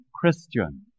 Christian